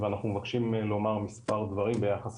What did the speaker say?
ואנחנו מבקשים לומר מספר דברים ביחס